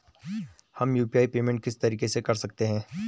हम UPI payment किस तरीके से कर सकते हैं?